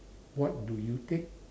what do you take